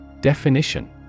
Definition